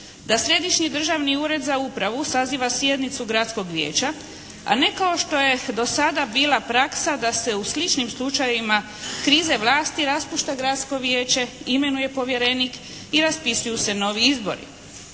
da Središnji državni ured za upravu saziva sjednicu Gradskog vijeća a ne kao što je do sada bila praksa da se u sličnim slučajevima krize vlasti raspušta gradsko vijeće, imenuje povjerenik i raspisuju se novi izbori.